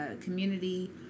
community